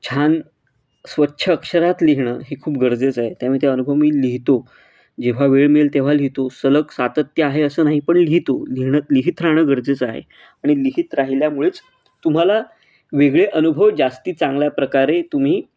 छान स्वच्छ अक्षरात लिहणं हे खूप गरजेचं आहे त्यामुळे ते अनुभव मी लिहितो जेव्हा वेळ मिळेल तेव्हा लिहतो सलग सातत्य आहे असं नाही पण लिहितो लिहिणत लिहित राहणं गरजेचं आहे आणि लिहित राहिल्यामुळेच तुम्हाला वेगळे अनुभव जास्त चांगल्या प्रकारे तुम्ही